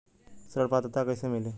ऋण पात्रता कइसे मिली?